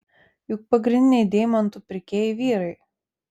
juk pagrindiniai deimantų pirkėjai vyrai